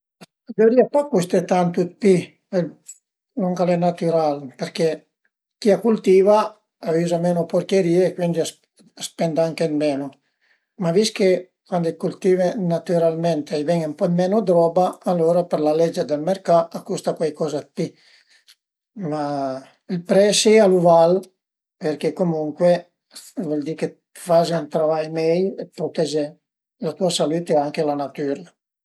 A dëvrìa pa custé tantu d'pi lon ch'al e natüral përché chi a cultiva a üza menu d'purcherìe, cuindi a spend anche d'menu, ma vist che cuand ti cultive natüralment a i ven ën po d'menu d'roba alura për la legge del mercà a custa cuaicoza d'pi, ma ël presi a lu val përché comuncue a völ di chë t'faze un travai mei për prutegé la tua salütte e anche la natüra